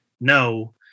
no